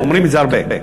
אומרים את זה הרבה.